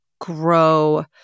grow